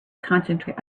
concentrate